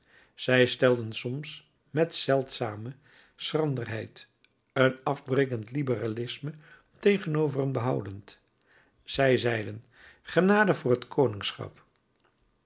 zij stelden soms met zeldzame schranderheid een afbrekend liberalisme tegenover een behoudend zij zeiden genade voor het